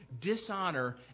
dishonor